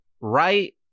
right